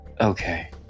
Okay